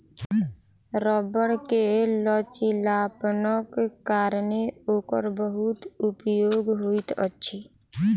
रबड़ के लचीलापनक कारणेँ ओकर बहुत उपयोग होइत अछि